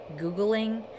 Googling